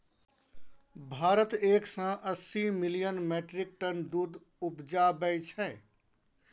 भारत एक सय अस्सी मिलियन मीट्रिक टन दुध उपजाबै छै